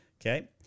Okay